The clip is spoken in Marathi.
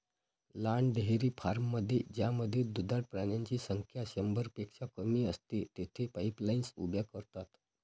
लहान डेअरी फार्ममध्ये ज्यामध्ये दुधाळ प्राण्यांची संख्या शंभरपेक्षा कमी असते, तेथे पाईपलाईन्स उभ्या करतात